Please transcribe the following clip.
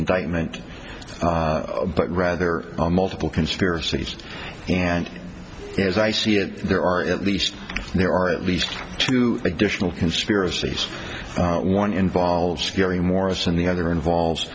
indictment but rather multiple conspiracies and as i see it there are at least there are at least two additional conspiracies one involves scary morris and the other involves